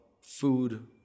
food